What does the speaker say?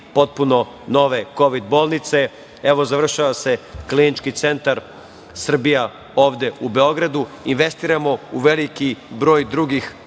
potpuno nove kovid bolnice. Evo, završava se Klinički centar Srbije ovde u Beogradu. Investiramo u veliki broj drugih